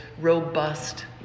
robust